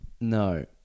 No